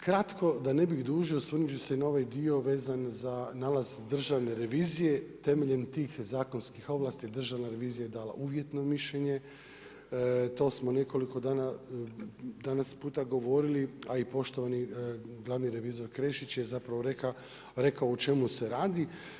Kratko, da ne bih dužio, osvrnuti ću se na ovaj dio vezan za nalaz Državne revizije temeljim tih zakonskih ovlasti, Državna revizija, je dala uvjetno mišljenje, to smo nekoliko dana i danas puta govorili, a i poštovani glavni revizor Krešić je zapravo rekao o čemu se radi.